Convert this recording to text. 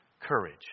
courage